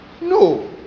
no